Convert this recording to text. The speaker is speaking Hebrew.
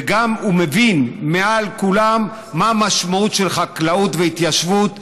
והוא מבין מעל כולם מה המשמעות של חקלאות והתיישבות,